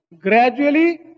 Gradually